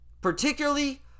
particularly